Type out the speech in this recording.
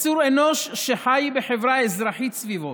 יצור אנוש שחי בחברה אזרחית סביבו?